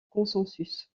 consensus